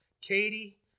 Katie